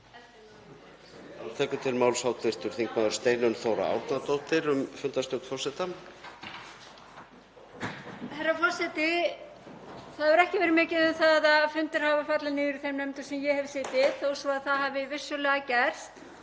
Það hefur ekki verið mikið um það að fundir hafi fallið niður í þeim nefndum sem ég hef setið í þó svo að það hafi vissulega gerst.